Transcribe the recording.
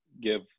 give